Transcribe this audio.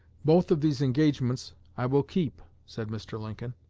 both of these engagements i will keep said mr. lincoln,